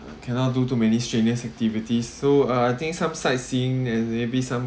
cannot do too many strenuous activity so uh I think some sightseeing and maybe some